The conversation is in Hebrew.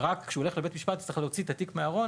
ורק כשהוא ילך לבית משפט יצטרך להוציא את התיק מהארון